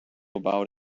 about